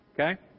Okay